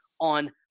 on